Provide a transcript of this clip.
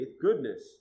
goodness